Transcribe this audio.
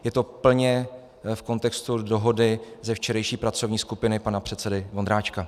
Je to plně v kontextu dohody ze včerejší pracovní skupiny pana předsedy Vondráčka.